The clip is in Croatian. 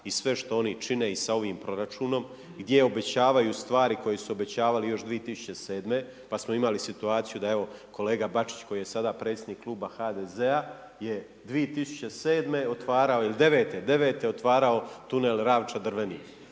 i sve što oni čine i sa ovim proračunom, gdje obećavaju stvari koje su obećavali još 2007. pa smo imali situaciju da evo kolega Bačić koji je sada predsjednik Kluba HDZ-a je 2007. otvarao ili '09.-te, '09. otvarao tunel Ravča-Drvenik